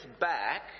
back